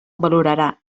valorarà